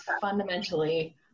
fundamentally